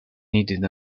needed